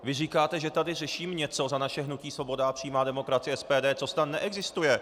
Vy říkáte, že tady řeším něco za naše hnutí Svoboda a přímá demokracie, SPD, co snad neexistuje.